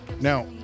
now